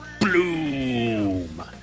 bloom